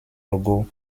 logo